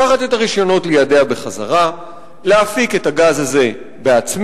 לקחת את הרשיונות בחזרה לידיה ולהפיק את הגז הזה בעצמנו.